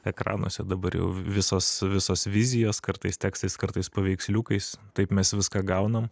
ekranuose dabar jau visos visos vizijos kartais tekstais kartais paveiksliukais taip mes viską gaunam